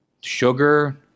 Sugar